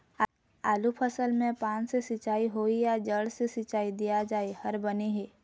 आलू फसल मे पान से सिचाई होही या जड़ से सिचाई दिया जाय हर बने हे?